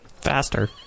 Faster